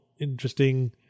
interesting